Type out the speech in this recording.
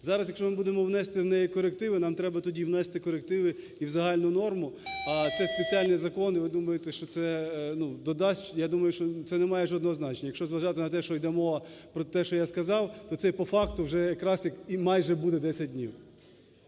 Зараз, якщо ми будемо вносити в неї корективи, нам треба тоді внести корективи і в загальну норму, а це спеціальний закон. І ви думаєте, що це додасть? Я думаю, що це не має жодного значення. Якщо зважати на те, що йде мова про те, що я сказав, то це по факту вже якраз і майже буде десять днів.